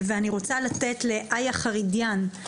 אני רוצה לתת לאיה חיראדין,